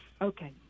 Okay